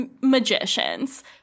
magicians